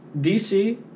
DC